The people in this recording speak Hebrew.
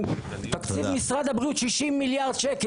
תקציב משרד הבריאות הוא 60 מיליארד שקל.